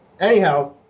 Anyhow